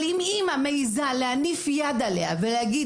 אבל אם אימא מעזה להניף יד עליה ולהגיד